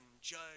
judge